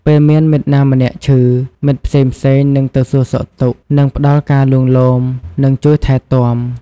ពេលមានមិត្តណាម្នាក់ឈឺ មិត្តផ្សេងៗនឹងទៅសួរសុខទុក្ខ និងផ្តល់ការលួងលោម និងជួយថែទាំ។